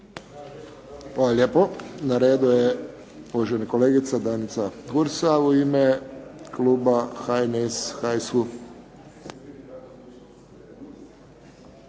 Hvala lijepo. Na redu je uvažena kolegica Danica Hursa u ime kluba HNS-a, HSU-a.